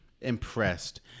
impressed